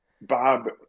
bob